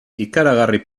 ikaragarri